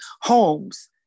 homes